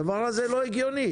הדבר הזה לא הגיוני.